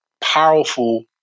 powerful